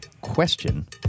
question